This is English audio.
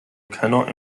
cannot